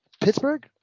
Pittsburgh